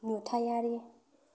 नुथायारि